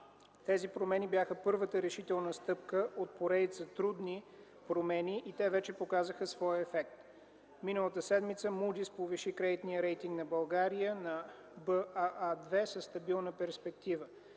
Тези промени бяха първата решителна стъпка от поредица трудни промени и те вече показаха своя ефект. Миналата седмица „Мудис” повиши кредитния рейтинг на България на Baa2 със стабилна перспектива.